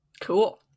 Cool